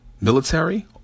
military